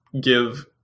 give